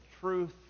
truth